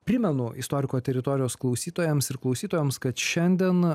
primenu istoriko teritorijos klausytojams ir klausytojoms kad šiandien